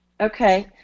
Okay